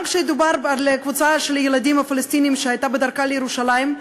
גם כשמדובר על הקבוצה של הילדים הפלסטינים שהייתה בדרכה לירושלים,